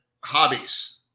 hobbies